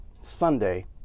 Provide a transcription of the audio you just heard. Sunday